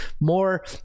more